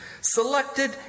selected